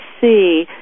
see